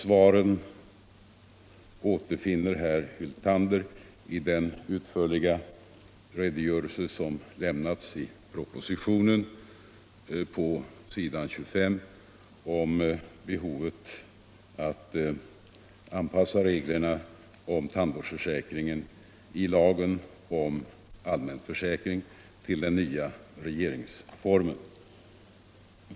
Svaren återfinner herr Hyltander i den utförliga redogörelse som lämnats i propositionen på s. 25 om behovet av att anpassa reglerna om tandvårdsförsäkringen i lagen om allmän försäkring till den nya regeringsformen.